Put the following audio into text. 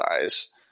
eyes